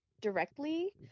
directly